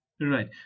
Right